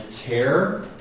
care